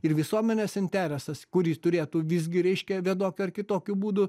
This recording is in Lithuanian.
ir visuomenės interesas kurį turėtų visgi reiškia vienokiu ar kitokiu būdu